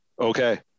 Okay